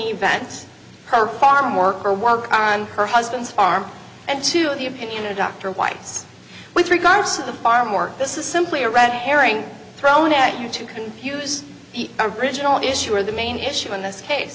events her farm worker work on her husband's farm and two of the opinion a doctor whites with regards to the farm work this is simply a red herring thrown at you two can use the original issue or the main issue in this case